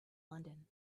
london